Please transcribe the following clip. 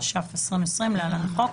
התש"ף-2020 (להלן החוק),